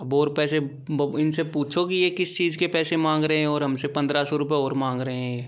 अब और पैसे इनसे पूछो कि ये किस चीज के पैसे मांग रहे हैं और हमसे पंद्रह सौ रुपए और मांग रहे हैं ये